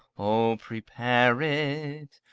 o, prepare it!